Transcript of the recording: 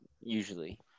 usually